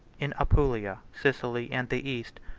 in apulia, sicily, and the east,